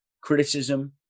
criticism